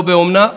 או באומנה,